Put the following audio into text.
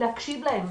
להקשיב להם,